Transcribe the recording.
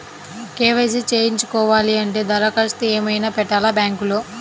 KYC చేయించుకోవాలి అంటే దరఖాస్తు ఏమయినా పెట్టాలా బ్యాంకులో?